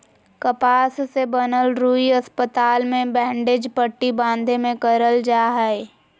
कपास से बनल रुई अस्पताल मे बैंडेज पट्टी बाँधे मे करल जा हय